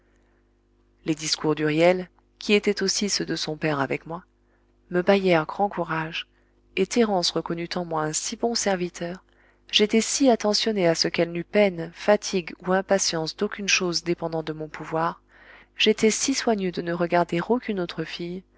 les discours d'huriel qui étaient aussi ceux de son père avec moi me baillèrent grand courage et thérence reconnut en moi un si bon serviteur j'étais si attentionné à ce qu'elle n'eût peine fatigue ou impatience d'aucune chose dépendant de mon pouvoir j'étais si soigneux de ne regarder aucune autre fille